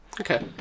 Okay